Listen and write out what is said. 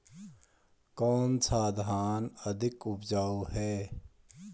कौन सा धान अधिक उपजाऊ है?